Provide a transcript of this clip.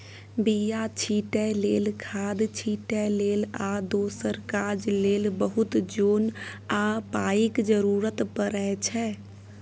बीया छीटै लेल, खाद छिटै लेल आ दोसर काज लेल बहुत जोन आ पाइक जरुरत परै छै